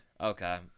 Okay